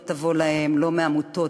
לא תבוא להם לא מעמותות,